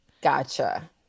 Gotcha